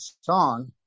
song